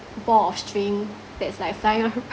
ball of string that's like flying around